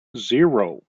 zero